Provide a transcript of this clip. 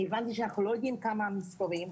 אני הבנתי שאנחנו לא יודעים כמה המספרים.